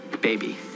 baby